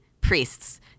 priests